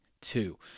two